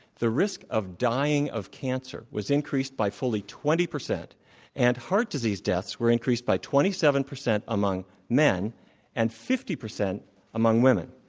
the risk of dying of cancer was increased by fully twenty percent and heart disease deaths were increased by twenty seven percent among men and fifty percent among women.